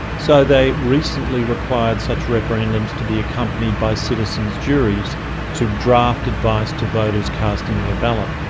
so they recently required such referendums to be accompanied by citizens' juries to draft advice to voters casting their ballot.